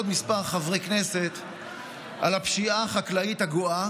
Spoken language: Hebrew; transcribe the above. כמה חברי כנסת על הפשיעה החקלאית הגואה